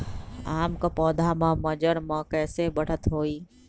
आम क पौधा म मजर म कैसे बढ़त होई?